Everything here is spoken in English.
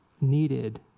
needed